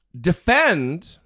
defend